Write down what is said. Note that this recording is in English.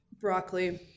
Broccoli